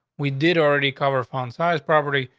we did already cover font size property,